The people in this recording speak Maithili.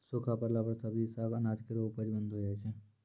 सूखा परला पर सब्जी, साग, अनाज केरो उपज बंद होय जाय छै